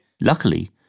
Luckily